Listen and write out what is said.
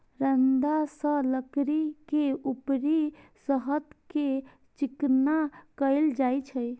रंदा सं लकड़ी के ऊपरी सतह कें चिकना कैल जाइ छै